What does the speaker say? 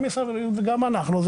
גם משרד הבריאות וגם אנחנו,